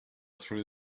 through